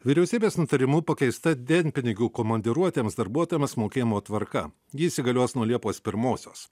vyriausybės nutarimu pakeista dienpinigių komandiruotiems darbuotojams mokėjimo tvarka ji įsigalios nuo liepos pirmosios